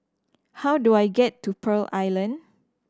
how do I get to Pearl Island